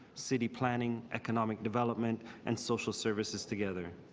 city planning, economic development and social services together.